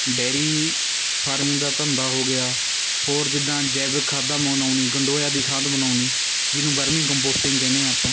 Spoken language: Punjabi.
ਡੇਅਰੀ ਫਾਰਮ ਦਾ ਧੰਦਾ ਹੋ ਗਿਆ ਹੋਰ ਜਿੱਦਾਂ ਜੈਵਿਕ ਖਾਦਾ ਬਣਾਉਣੀ ਗੰਡੋਇਆਂ ਦੀ ਖਾਦ ਬਣਾਉਣੀ ਜਿਹਨੂੰ ਬਰਮੀ ਕੰਪੋਸਟਿੰਗ ਕਹਿੰਦੇ ਆ ਆਪਾਂ